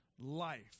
life